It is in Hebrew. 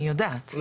אני יודעת,